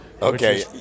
Okay